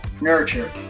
nurture